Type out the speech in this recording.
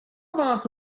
fath